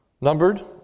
numbered